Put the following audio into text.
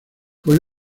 fue